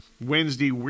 Wednesday